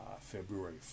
February